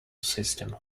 system